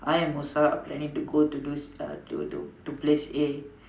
I and Musa are planning to go to this uh to to to place A